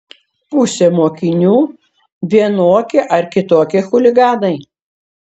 pusė mokinių vienokie ar kitokie chuliganai